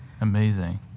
Amazing